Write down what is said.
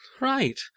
Right